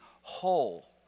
whole